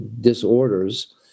disorders